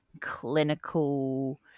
clinical